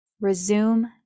Resume